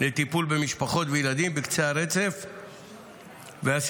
לטיפול במשפחות ובילדים בקצה הרצף והסיכון,